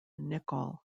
nicol